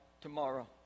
tomorrow